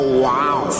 wow